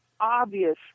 obvious